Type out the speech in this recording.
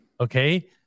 Okay